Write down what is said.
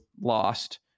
lost